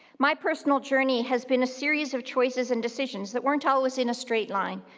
my personal journey has been a series of choices and decisions that weren't always in a straight line,